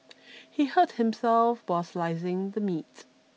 he hurt himself while slicing the meat